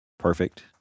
Perfect